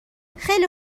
خیلی